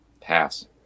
pass